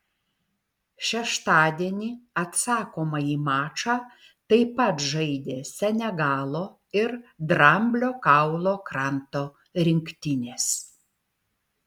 šeštadienį atsakomąjį mačą taip pat žaidė senegalo ir dramblio kaulo kranto rinktinės